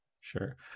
sure